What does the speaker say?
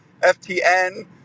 FTN